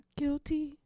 guilty